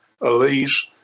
Elise